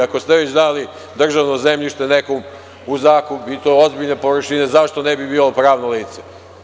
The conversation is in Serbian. Ako ste već dali državno zemljište nekom u zakup, i to ozbiljne površine, zašto ne bi bilo pravno lice?